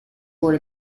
board